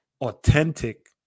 authentic